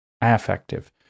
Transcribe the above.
affective